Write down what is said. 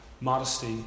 modesty